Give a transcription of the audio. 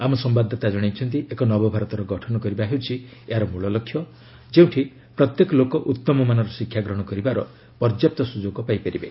ଆମ ସମ୍ଭାଦଦାତା ଜଣାଇଛନ୍ତି ଏକ ନବଭାରତର ଗଠନ କରିବା ହେଉଛି ଏହାର ମୂଳ ଲକ୍ଷ୍ୟ ଯେଉଁଠି ପ୍ରତ୍ୟେକ ଲୋକ ଉତ୍ତମ ମାନର ଶିକ୍ଷା ଗ୍ରହଣ କରିବାର ପର୍ଯ୍ୟାପ୍ତ ସୁଯୋଗ ପାଇପାରିବେ